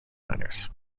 miners